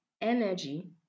energy